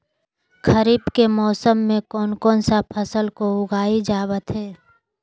खरीफ के मौसम में कौन कौन सा फसल को उगाई जावत हैं?